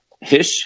Hish